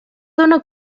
dóna